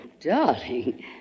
darling